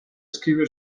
scrivere